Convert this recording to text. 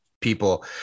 people